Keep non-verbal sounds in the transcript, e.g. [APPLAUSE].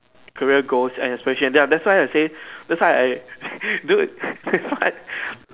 career goals and especially and then ya that's why I say that's why I [LAUGHS] dude [BREATH] that's why